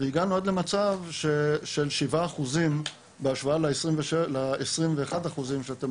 והגענו עד למצב של 7% בהשוואה ל-21% אחוזים שאתם